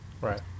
Right